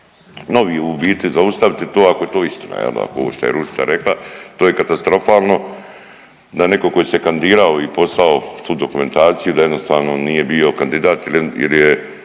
novi u biti zaustaviti to ako je to istina jel ako je ovo što je Ružica rekla to je katastrofalno da netko tko je se kandidirao i poslao svu dokumentaciju da jednostavno nije bio kandidat jer je